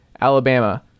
alabama